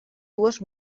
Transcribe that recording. dues